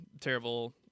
terrible